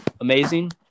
Amazing